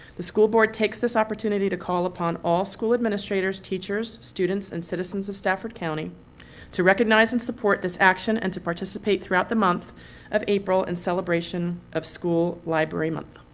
the school board takes this opportunity to call upon all school administrators, teachers, students, and citizens of stafford county to recognize and support this action and to participate throughout the month of april in celebration of school library month.